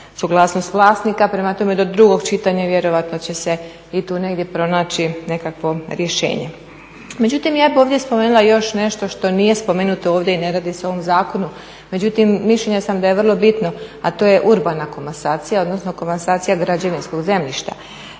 suglasnost vlasnika. Prema tome do drugog čitanja vjerojatno će se i tu negdje pronaći nekakvo rješenje. Međutim, ja bih ovdje spomenula i još nešto što nije spomenuto ovdje i ne radi se o ovom zakonu međutim, mišljanja sam da je vrlo bitno a to je urbana komasacija odnosno komasacija građevinskog zemljišta.